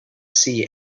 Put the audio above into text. see